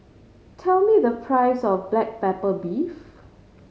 tell me the price of black pepper beef